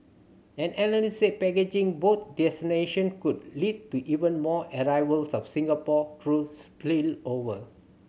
an analyst said packaging both destination could lead to even more arrivals for Singapore through spillover